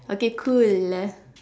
okay cool